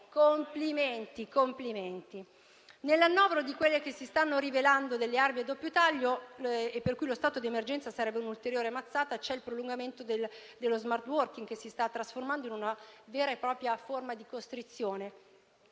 avvertirne 23. Complimenti! Nel novero di quelle che si stanno rivelando delle armi a doppio taglio e per cui lo stato di emergenza sarebbe un'ulteriore mazzata, c'è il prolungamento dello *smart working*, che si sta trasformando in una vera e propria forma di costrizione